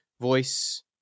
voice